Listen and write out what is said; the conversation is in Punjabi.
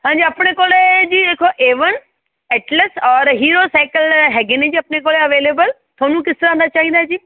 ਹਾਂਜੀ ਆਪਣੇ ਕੋਲ ਜੀ ਦੇਖੋ ਏਵਨ ਐਟਲਸ ਔਰ ਹੀਰੋ ਸਾਈਕਲ ਹੈਗੇ ਨੇ ਜੀ ਆਪਣੇ ਕੋਲ ਅਵੇਲੇਬਲ ਤੁਹਾਨੂੰ ਕਿਸ ਤਰ੍ਹਾਂ ਦਾ ਚਾਹੀਦਾ ਜੀ